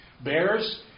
bears